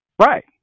Right